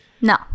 no